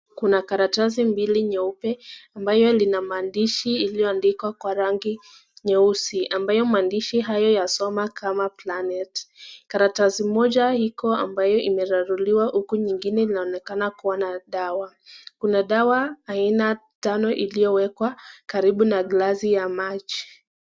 Kuna karatasi mbili nyeupe ambayo lina maandishi iliyoandikwa kwa rangi nyeusi ambayo maandashi hayoe yasoma kama (cs)planet(cs), karatasi moja iko ambayo imeraruliwa huku nyingine inaonekana kuwa na dawa ,kuna dawa aina tano iliyowekwa karibu na glasi ya maji.